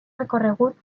recorregut